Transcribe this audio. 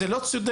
זה לא צודק,